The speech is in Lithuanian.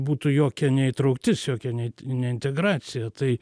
būtų jokia ne įtrauktis jokia ne ne integracija tai